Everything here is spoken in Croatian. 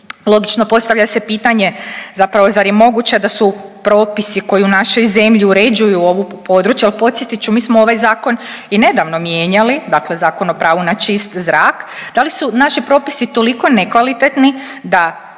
Logično postavlja se pitanje zapravo zar je moguće da su propisi koji u našoj zemlji uređuju ovo područje, ali podsjetit ću mi smo ovaj zakon i nedavno mijenjali, dakle Zakon o pravu na čist zrak. Da li su naši propisi toliko nekvalitetni da